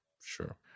Sure